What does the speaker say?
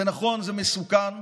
זה נכון, זה מסוכן,